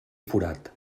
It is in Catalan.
forat